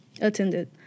attended